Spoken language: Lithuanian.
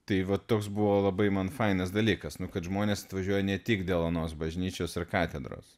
tai va toks buvo labai man fainas dalykas nu kad žmonės atvažiuoja ne tik dėl onos bažnyčios ir katedros